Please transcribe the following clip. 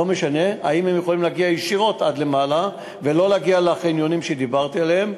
האם הם יכולים להגיע ישירות עד למעלה ולא להגיע לחניונים שדיברתי עליהם?